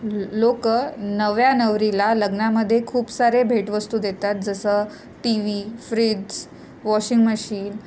ल लोक नव्या नवरीला लग्नामध्ये खूप सारे भेटवस्तू देतात जसं T V fridge washing machine